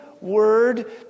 Word